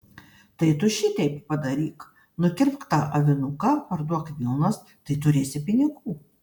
tai tu šiteip padaryk nukirpk tą avinuką parduok vilnas tai turėsi pinigų